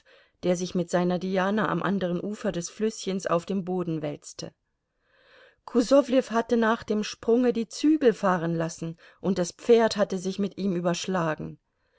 der sich mit seiner diana am anderen ufer des flüßchens auf dem boden wälzte kusowlew hatte nach dem sprunge die zügel fahren lassen und das pferd hatte sich mit ihm überschlagen